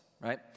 right